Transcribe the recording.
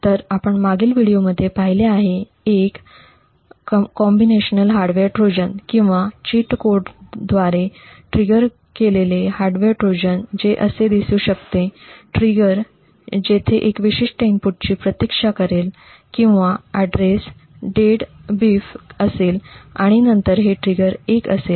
तर आपण मागील व्हिडिओमध्ये पाहिले आहे एक संयुक्त हार्डवेअर ट्रोजन किंवा चिट कोडद्वारे ट्रिगर केलेले हार्डवेअर ट्रोजन जे असे दिसू शकते ट्रिगर येथे एका विशिष्ट इनपुटची प्रतीक्षा करेल किंवा ऍड्रेस '0xDEADBEEF' असेल आणि नंतर हे ट्रिगर 1 असेल